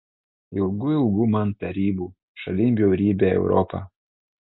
ilgu ilgu man tarybų šalin bjaurybę europą